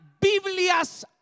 Biblias